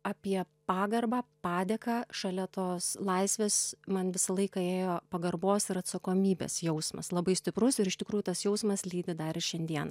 apie pagarbą padėką šalia tos laisvės man visą laiką ėjo pagarbos ir atsakomybės jausmas labai stiprus ir iš tikrųjų tas jausmas lydi dar ir šiandien